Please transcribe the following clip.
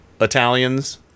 Italians